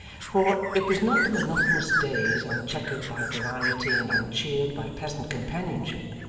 for, it was not the monotonous days unchequered by variety and uncheered by pleasant companionship,